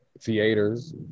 theaters